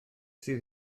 sydd